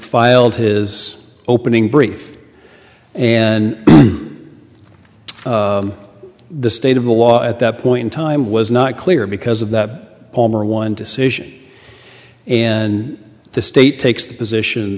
filed his opening brief and the state of the law at that point in time was not clear because of the palmer one decision and the state takes the position